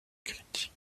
critique